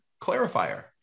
Clarifier